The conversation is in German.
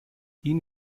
ihnen